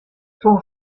son